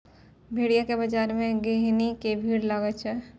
भेड़िया के बजार मे गहिकी के भीड़ लागै छै